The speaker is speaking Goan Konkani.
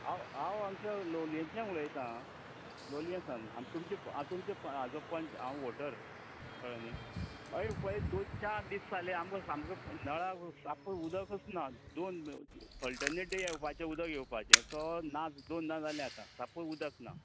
हांव हांव आमच्या लोलयेच्यान उलयतां लोलया सावन हांव तुमचे हांव तुमचो हाजो पंच हांव वॉटर कळ्ळे न्हय हय पळय दोन चार दीस जाले आमकां सामकें नळाक साप्प उदकच ना दोन ऑलटनेट डे येवपाचे उदक येवपाचे तो नाच दोनदां जाले आता साप्प उदक ना